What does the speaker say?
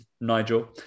Nigel